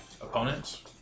opponents